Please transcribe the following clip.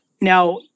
Now